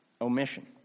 omission